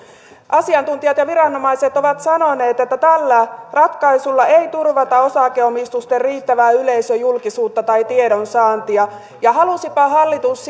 asiantuntijat ja viranomaiset ovat sanoneet että tällä ratkaisulla ei turvata osakeomistusten riittävää yleisöjulkisuutta tai tiedonsaantia ja halusipa hallitus